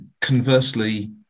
conversely